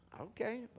okay